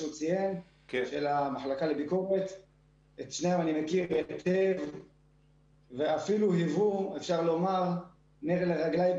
את שני המקרים אני מכיר היטב ואפילו היוו נר לרגליי